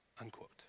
unquote